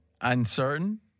Uncertain